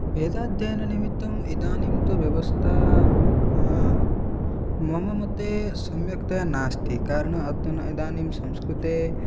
वेदाध्ययननिमित्तम् इदानीं तु व्यवस्था मम मते सम्यक्तया नास्ति कारणम् अधुना इदानीं संस्कृते